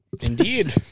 Indeed